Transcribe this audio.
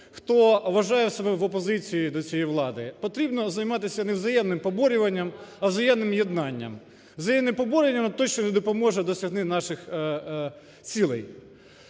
хто вважає себе в опозиції до цієї влади, потрібно займатися не взаємним поборюванням, а взаємним єднанням. Взаємним поборювання – те, що не допоможе досягти наших цілей.